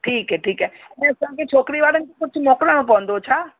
ठीकु है ठीकु है ऐं असां खे छोकिरी वारनि खे कुझु मोकिलिणो पवंदो छा